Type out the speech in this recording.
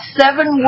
seven